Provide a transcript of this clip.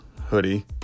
hoodie